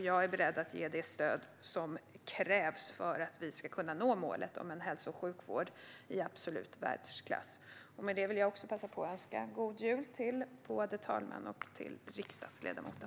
Jag är beredd att ge det stöd som krävs för att vi ska kunna nå målet om en hälso och sjukvård i absolut världsklass. Med detta vill jag också passa på att önska en god jul till både talmannen och riksdagsledamoten.